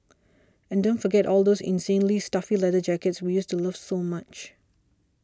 and don't forget all those insanely stuffy leather jackets we used to love so much